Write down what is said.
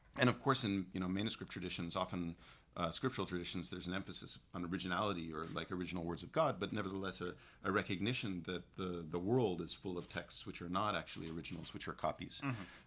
and of course in you know manuscript traditions often scriptural traditions there's an emphasis on originality or like original words of god, but nevertheless a ah recognition that the the world is full of texts which are not actually originals, which are copies,